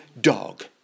dog